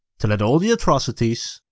to let all the atrocities,